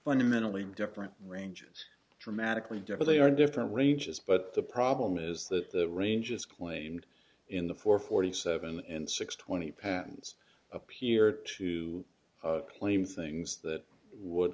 fundamentally different ranges dramatically different they are different ranges but the problem is that the ranges claimed in the four forty seven and six twenty patents appear to claim things that would